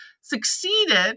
succeeded